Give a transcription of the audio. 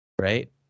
right